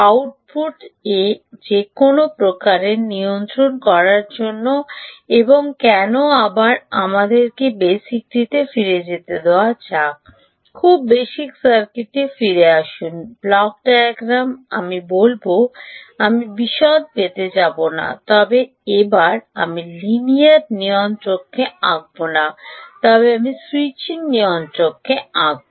output এ যেকোন প্রকারের নিয়ন্ত্রণ করার জন্য এবং কেন আবার আমাদের বেসিকটিতে ফিরে যেতে দেওয়া যাক খুব বেসিক সার্কিটে ফিরে আসুন ব্লক ডায়াগ্রাম আমি বলব আমি বিশদ পেতে যাব না তবে এবার আমি লিনিয়ার নিয়ন্ত্রককে আঁকব না তবে আমি স্যুইচিং নিয়ন্ত্রক আঁকব